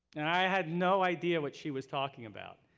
and i had no idea what she was talking about.